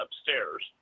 upstairs